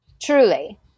Truly